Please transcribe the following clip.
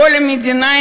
כל המדינה,